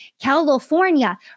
California